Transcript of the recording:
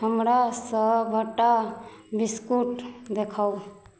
हमरा सभटा बिस्कुट देखाउ